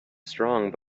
strong